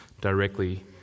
directly